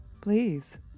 Please